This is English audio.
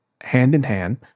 hand-in-hand